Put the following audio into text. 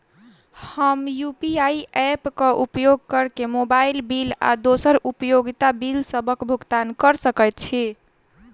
हम UPI app क उपयोग करके मोबाइल बिल आ दोसर उपयोगिता बिलसबक भुगतान कर सकइत छि